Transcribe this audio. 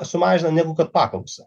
sumažina negu kad paklausą